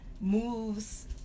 moves